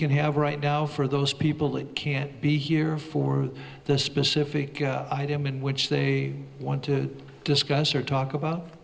can have right now for those people that can't be here for the specific item in which they want to discuss or talk about